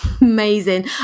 Amazing